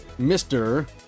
Mr